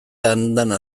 andana